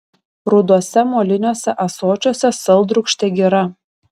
ruduose moliniuose ąsočiuose saldrūgštė gira